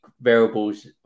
variables